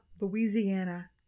Louisiana